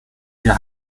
wir